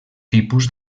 tipus